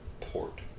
port